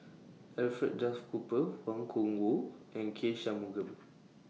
Alfred Duff Cooper Wang Gungwu and K Shanmugam